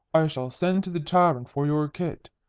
i shall send to the tavern for your kit.